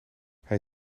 hij